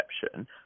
perception